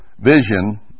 vision